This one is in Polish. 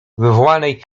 wywołanej